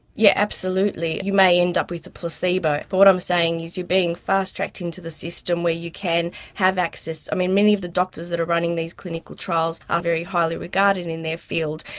yeah absolutely, you may end up with a placebo. but what i'm saying is you're being fast-tracked into the system where you can have access, i mean, many of the doctors who are running these clinical trials are very highly regarded in their field,